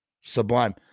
sublime